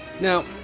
now